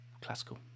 classical